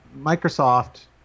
Microsoft